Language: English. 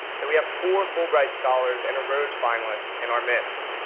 that we have four fulbright scholars and a rhodes finalist in our midst,